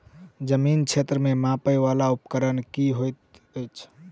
जमीन क्षेत्र केँ मापय वला उपकरण की होइत अछि?